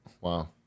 wow